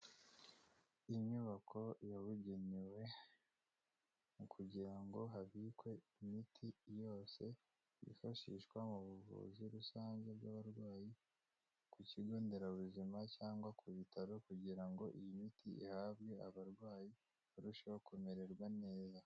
Inyubako yabugenewe mu kugira ngo habikwe imiti yose yifashishwa mu buvuzi rusange bw'abarwayi, ku kigo nderabuzima cyangwa ku bitaro kugira ngo iyi miti ihabwe abarwayi barusheho kumererwa neza.